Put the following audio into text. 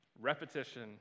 Repetition